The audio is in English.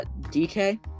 DK